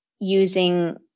using